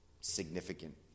significant